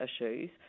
issues